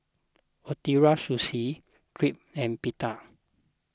Ootoro Sushi Crepe and Pita